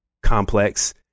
complex